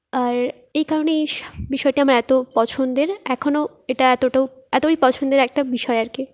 আর এই কারণেই এই বিষয়টি আমার এতো পছন্দের এখনো এটা এতোটাও এতোই পছন্দের একটা বিষয় আর কি